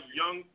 young